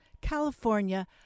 California